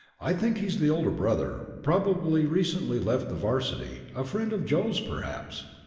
i think he's the older brother probably recently left the varsity a friend of joe's, perhaps.